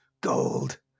Gold